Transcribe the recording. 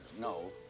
no